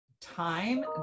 time